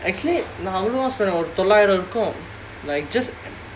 actually நான் அவ்ளோ தொள்ளாயிரம் இருக்கும்:naan avlo thollaayiram irukkum like just